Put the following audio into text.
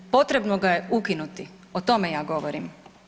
Potrebno ga je ukinuti, o tome ja govorim.